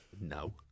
No